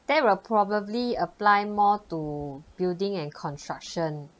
that would probably apply more to building and construction